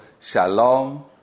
Shalom